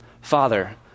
Father